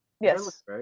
Yes